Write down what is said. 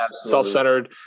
self-centered